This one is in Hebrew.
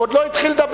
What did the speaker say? הוא עוד לא התחיל לדבר.